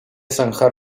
zanjar